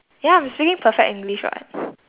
ya I'm speaking perfect english [what]